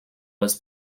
was